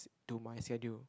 to my schedule